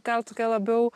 gal tokia labiau